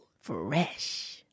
Fresh